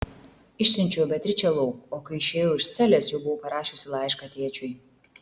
išsiunčiau beatričę lauk o kai išėjau iš celės jau buvau parašiusi laišką tėčiui